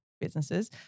businesses